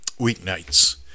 weeknights